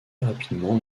rapidement